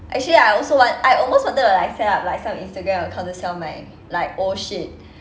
actually I also want I almost wanted to like set up like some instagram account to sell my like old shit